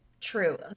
true